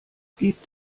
gibt